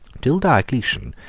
till diocletian,